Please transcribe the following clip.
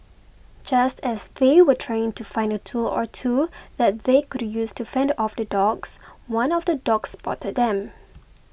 just as they were trying to find a tool or two that they could use to fend off the dogs one of the dogs spotted them